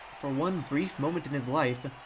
for one brief moment in his life,